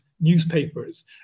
newspapers